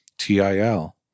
T-I-L